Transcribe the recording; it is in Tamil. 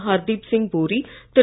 ஹர்தீப்சிங் பூரி திரு